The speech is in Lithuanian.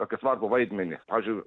tokį svarbų vaidmenį pavyzdžiui